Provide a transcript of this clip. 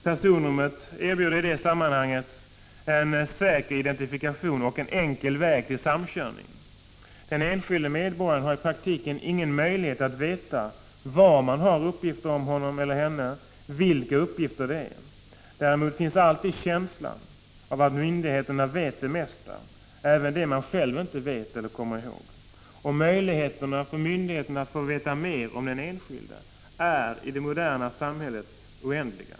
Personnumret erbjuder i det sammanhanget en säker identifikation och en enkel väg till samkörning. Den enskilde medborgaren hari praktiken ingen möjlighet att veta var man har uppgifter om honom eller henne eller vilka uppgifter man har. Däremot finns alltid känslan av att myndigheterna vet det mesta, även det man själv inte vet eller kommer ihåg. Myndigheternas möjligheter att få veta mer om den enskilde är i det moderna = Prot. 1985/86:53 samhället oändliga.